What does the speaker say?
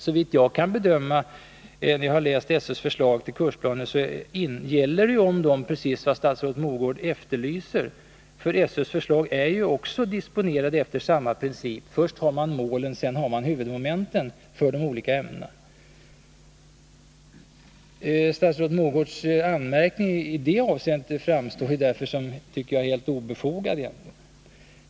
Såvitt jag kan bedöma — efter att ha läst SÖ:s förslag till kursplaner — gäller precis vad statsrådet Mogård efterlyser, därför att SÖ:s förslag är ju också disponerade efter samma princip. Först har man mål, sedan huvudmoment för de olika ämnena. Statsrådet Mogårds anmärkning i det avseendet framstår därför enligt min mening som helt obefogad.